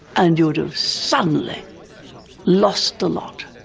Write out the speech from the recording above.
and you would've suddenly lost a lot